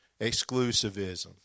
exclusivism